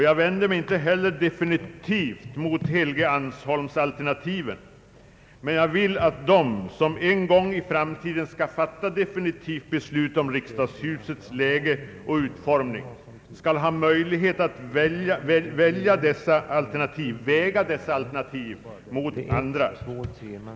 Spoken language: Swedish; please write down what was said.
Jag vänder mig inte heller definitivt mot Helgeandsholmsalternativet, men jag vill att de som en gång i framtiden har att fatta beslut om riksdagshusets läge och utformning skall ha möjlighet att väga dessa alternativ mot andra.